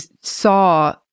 saw